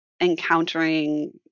encountering